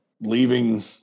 leaving